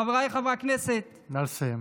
חבריי חברי הכנסת, נא לסיים.